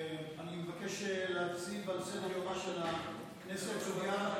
אני מבקש להציב על סדר-יומה של הכנסת סוגיה,